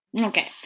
Okay